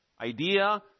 idea